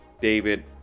David